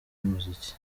y’umuziki